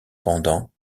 pendant